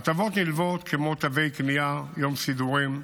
הטבות נלוות, כמו תווי קנייה, יום סידורים,